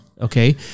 Okay